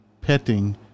petting